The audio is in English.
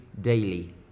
daily